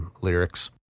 lyrics